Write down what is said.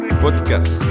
Podcast